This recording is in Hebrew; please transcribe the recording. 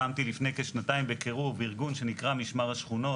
הקמתי לפני כשנתיים בקירוב ארגון שנקרא "משמר השכונות".